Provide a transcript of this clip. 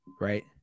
Right